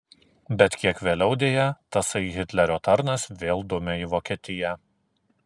bet kiek vėliau deja tasai hitlerio tarnas vėl dumia į vokietiją